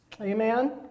Amen